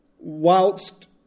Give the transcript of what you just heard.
whilst